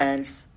Else